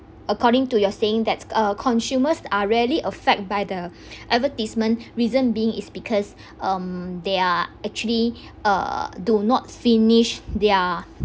according to your saying that uh consumers are rarely affect by the advertisement reason being is because um they are actually uh do not finish their